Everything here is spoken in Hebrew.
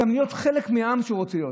גם יכול להיות חלק מהעם שהוא רוצה להיות.